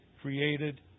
created